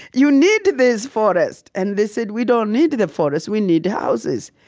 you need this forest. and they said, we don't need the forest we need houses.